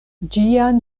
ĝian